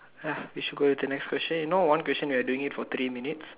ya we should go with the next question you know one question we're doing it for three minutes